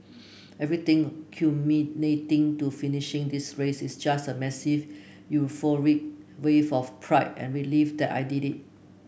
everything culminating to finishing this race is just a massive euphoric wave of pride and relief that I did it